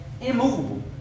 immovable